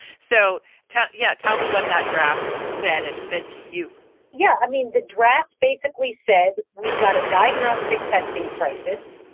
so, yeah, tell me what that draft said and said to you yeah. i mean, the draft basically said we've got a diagnostic testing crisis.